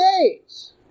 days